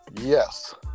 Yes